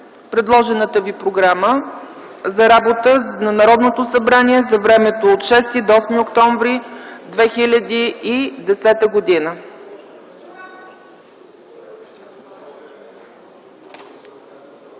предложената ви Програма за работа на Народното събрание за времето от 6 до 8 октомври 2010 г.